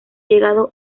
llegado